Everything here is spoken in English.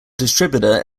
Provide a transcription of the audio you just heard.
distributor